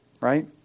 Right